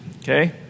okay